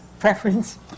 preference